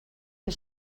que